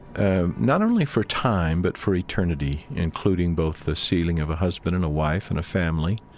and not only for time, but for eternity, including both the sealing of a husband and a wife and a family,